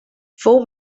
fou